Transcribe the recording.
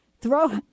Throw